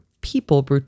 people